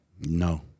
No